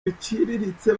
biciriritse